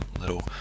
little